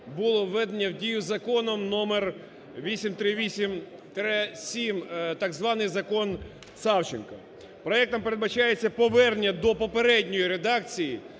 було введено в дію Законом номер 838-7, так званий Закон Савченко. Проектом передбачається повернення до попередньої редакції